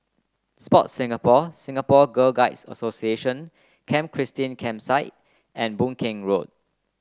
Sport Singapore Singapore Girl Guides Association Camp Christine Campsite and Boon Keng Road